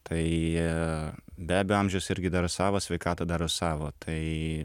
tai be abejo amžius irgi daro savo sveikata daro savo tai